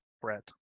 Brett